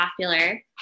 popular